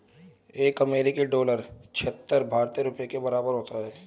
एक अमेरिकी डॉलर छिहत्तर भारतीय रुपये के बराबर होता है